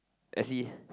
as in